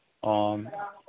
ꯑꯣ